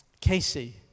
Casey